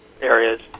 areas